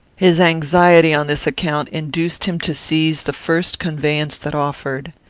his anxiety on this account induced him to seize the first conveyance that offered.